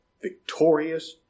victorious